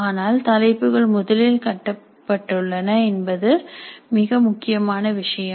ஆனால் தலைப்புகள் முதலில் கட்டப்பட்டுள்ளன என்பது மிக முக்கியமான விஷயம்